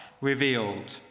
revealed